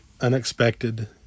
unexpected